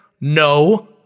No